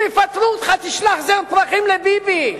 אם יפטרו אותך תשלח זר פרחים לביבי,